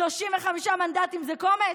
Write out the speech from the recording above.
35 מנדטים זה קומץ?